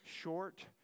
short